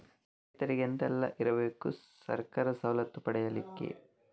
ರೈತರಿಗೆ ಎಂತ ಎಲ್ಲ ಇರ್ಬೇಕು ಸರ್ಕಾರದ ಸವಲತ್ತು ಪಡೆಯಲಿಕ್ಕೆ?